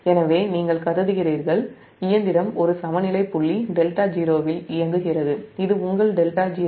எனவே இயந்திரம் ஒரு சமநிலை புள்ளி 𝜹0 இல் இயங்குகிறது என்று நீங்கள் கருதுகிறீர்கள்